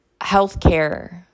healthcare